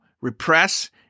repress